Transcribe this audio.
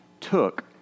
took